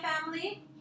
family